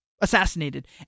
assassinated